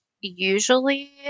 usually